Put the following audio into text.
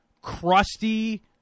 crusty